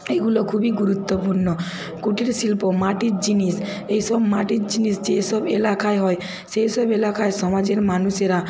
এগুলো খুবই গুরুত্বপূর্ণ কুটির শিল্প মাটির জিনিস এসব মাটির জিনিস যে সব এলাকায় হয় সে সব এলাকায় সমাজের মানুষেরা